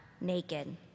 naked